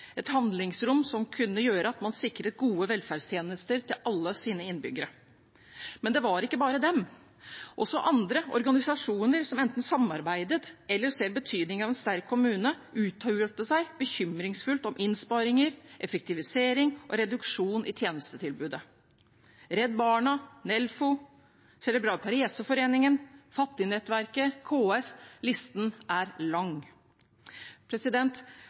et handlingsrom som kunne gjøre at man sikret gode velferdstjenester til alle sine innbyggere. Men det var ikke bare dem: Også organisasjoner som enten samarbeidet eller som ser betydningen av en sterk kommune, uttalte seg bekymringsfullt om innsparinger, effektivisering og reduksjon i tjenestetilbudet. Redd Barna, Nelfo, Cerebral Parese-foreningen, Fattignettverket, KS – listen er lang.